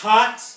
Hot